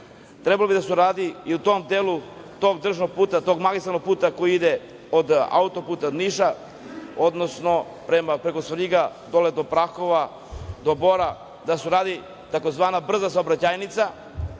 trebao bi da se uradi i u tom delu, tog državnog puta, tog magistralnog puta koji ide od autoputa Niš, odnosno preko Svrljiga, dole do Prahova, do Bora, da se uradi takozvana brza saobraćajnica